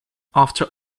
after